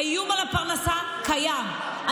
האיום על הפרנסה קיים,